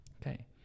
Okay